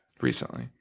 Recently